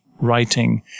writing